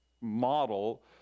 model